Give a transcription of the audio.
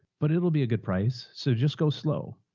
but it'll be a good price. so just go slow.